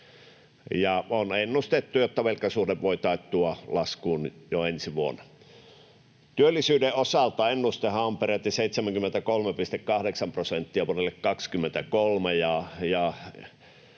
On ennustettu, että velkasuhde voi taittua laskuun jo ensi vuonna. Työllisyyden osalta ennustehan on peräti 73,8 prosenttia vuodelle 23.